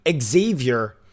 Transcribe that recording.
Xavier